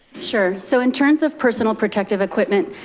sure, so in terms of personal protective equipment,